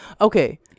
okay